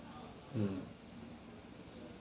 mm